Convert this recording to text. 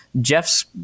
Jeff's